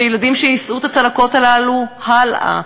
זה ילדים שיישאו את הצלקות האלה הלאה,